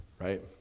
right